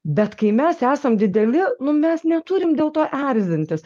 bet kai mes esam dideli nu mes neturim dėl to erzintis